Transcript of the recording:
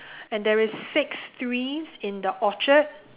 and there is six trees in the orchard